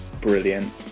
brilliant